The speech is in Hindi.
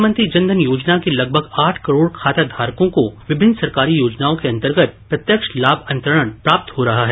प्रधानमंत्री जनधन योजना के लगभग आठ करोड खाता धारकों को विभिन्न सरकारी योजनाओं के अंतर्गत प्रत्यक्ष लाभ अंतरण प्राप्त हो रहा है